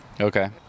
okay